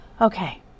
okay